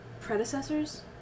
predecessors